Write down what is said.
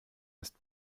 ist